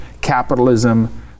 capitalism